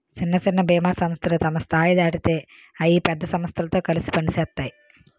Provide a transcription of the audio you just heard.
సిన్న సిన్న బీమా సంస్థలు తమ స్థాయి దాటితే అయి పెద్ద సమస్థలతో కలిసి పనిసేత్తాయి